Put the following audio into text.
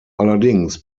allerdings